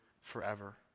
forever